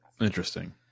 Interesting